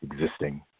existing